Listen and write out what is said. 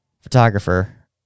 photographer